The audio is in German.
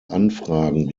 anfragen